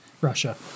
Russia